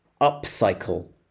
upcycle